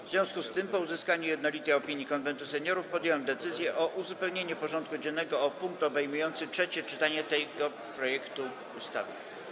W związku z tym, po uzyskaniu jednolitej opinii Konwentu Seniorów, podjąłem decyzję o uzupełnieniu porządku dziennego o punkt obejmujący trzecie czytanie tego projektu ustawy.